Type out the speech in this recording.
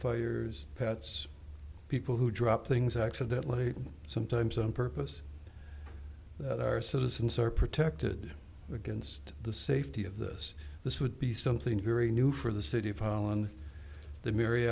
failures pets people who drop things accidentally sometimes on purpose that our citizens are protected against the safety of this this would be something very new for the city of holland the marr